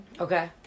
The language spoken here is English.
Okay